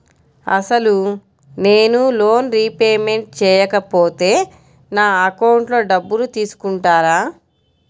అసలు నేనూ loan repayment చేయకపోతే నా అకౌంట్లో డబ్బులు తీసుకుంటారా?